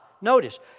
notice